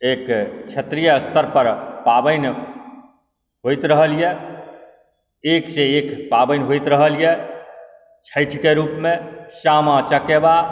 एक क्षेत्रीय स्तर पर पाबनि होइत रहल यऽ एक सँ एक पाबनि होइत रहल यऽ छठिकेँ रुपमे सामा चकेवा